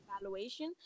evaluation